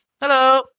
Hello